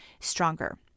stronger